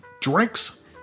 Drinks